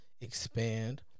expand